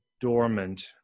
dormant